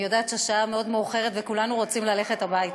אני יודעת שהשעה מאוד מאוחרת וכולנו רוצים ללכת הביתה,